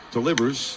Delivers